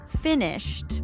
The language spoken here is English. finished